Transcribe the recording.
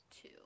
two